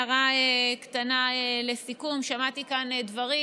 הערה קטנה לסיכום: שמעתי כאן דברים,